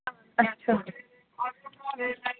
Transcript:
اَچھا